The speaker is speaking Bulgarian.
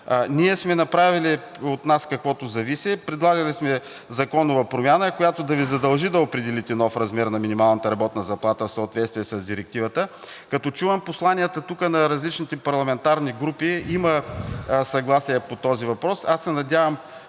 Ние сме направили от нас каквото зависи, предлагали сме законова промяна, която да Ви задължи да определите нов размер на минималната работна заплата в съответствие с Директивата. Като чувам посланията тук на различните парламентарни групи, има съгласие по този въпрос,